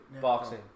boxing